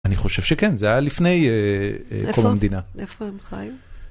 אני חושב שכן, זה היה לפני קום המדינה. איפה הם חיים?